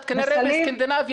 את כנראה בסקנדינביה,